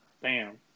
Bam